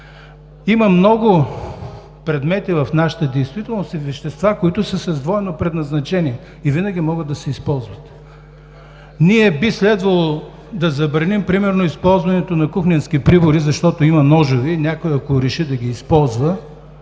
Има много предмети и вещества в нашата действителност, които са с двойно предназначение и винаги биха могли да се използват. Ние би следвало да забраним примерно използването на кухненски прибори, защото има ножове и ако някой реши да ги използва,